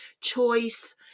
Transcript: choice